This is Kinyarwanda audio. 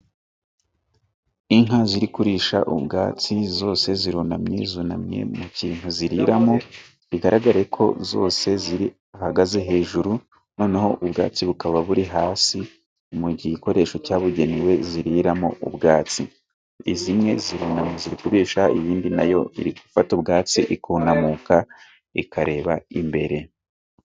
Inka ziri kurisha ubwatsi, zose zirunamye . Zunamye mu kintu ziriramo . Bigaragare ko zose zihagaze hejuru noneho ubwatsi bukaba buri hasi mu gikoresho cyabugenewe ziriramo ubwatsi. izi zimwe zirunamye ziri kurisha ,iyindi na yo iri gufata ubwatsi ikunamuka ,ikareba imbere.